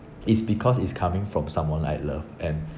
it's because it's coming from someone I love and